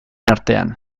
artean